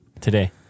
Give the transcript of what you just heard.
today